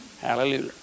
hallelujah